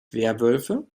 werwölfe